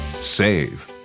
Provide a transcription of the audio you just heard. Save